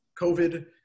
COVID